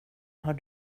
har